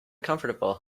comfortable